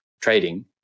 trading